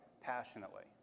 passionately